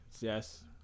Yes